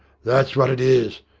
that's wot it is.